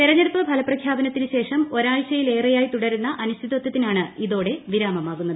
തെരഞ്ഞെടുപ്പ് ഫലപ്രഖ്യാപനത്തിന് ശേഷം ഒരാഴ്ചയിലേറെയായി തുടരുക്ക് അനിശ്ചിതത്വത്തിനാണ് ഇതോടെ വിരാമമാകുന്നത്